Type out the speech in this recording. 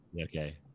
Okay